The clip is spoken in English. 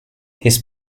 his